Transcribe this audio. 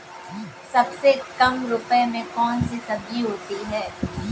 सबसे कम रुपये में कौन सी सब्जी होती है?